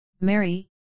Mary